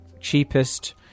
cheapest